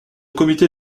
comité